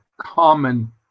common